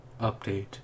update